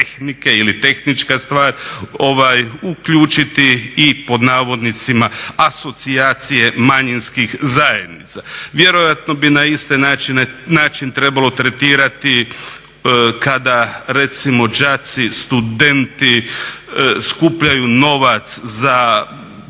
ili tehnička stvar, uključiti i pod navodnicima "asocijacije" manjinskih zajednica. Vjerojatno bi na isti način trebalo tretirati kada recimo đaci, studenti skupljaju novac za potrebite